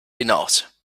hinaus